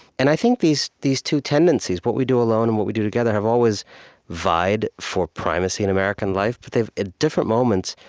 and i think these these two tendencies, what we do alone and what we do together, have always vied for primacy in american life. but they've, at different moments,